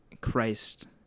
Christ